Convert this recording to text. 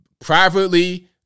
Privately